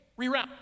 reroute